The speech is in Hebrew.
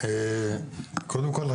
קודם כל,